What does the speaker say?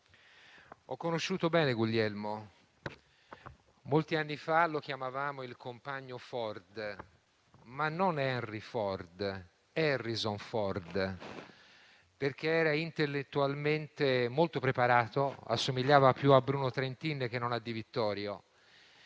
ho conosciuto bene Guglielmo. Molti anni fa lo chiamavamo il compagno Ford. Non Henry Ford, però, bensì Harrison Ford. Questo perché era intellettualmente molto preparato. assomigliava più a Bruno Trentin che non a Di Vittorio,